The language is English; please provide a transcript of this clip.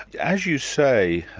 as you say,